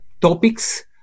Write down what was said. topics